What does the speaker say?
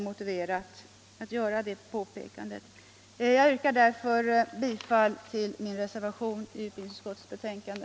Jag yrkar därför bifall till min reservation vid utbildningsutskottets betänkande.